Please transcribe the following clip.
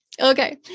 okay